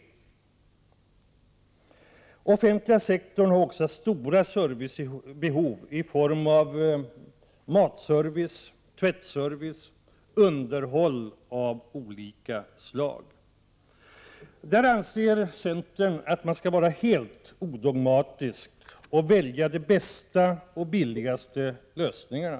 Den offentliga sektorn har också stora servicebehov, i form av matservice, tvättservice och underhåll av olika slag. Där anser centern att man skall vara helt odogmatisk och välja de bästa och billigaste lösningarna.